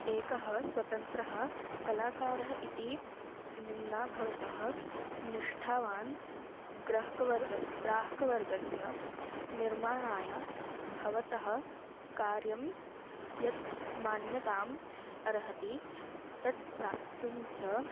एकः स्वतन्त्रः कलाकारः इति निम्नः भवतः निष्ठावान् ग्राहकवर्गः ग्राहकवर्गस्य निर्माणाय भवतः कार्यं यत् मान्यताम् अर्हति तत् प्राप्तुं च